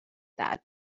that